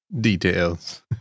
Details